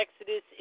Exodus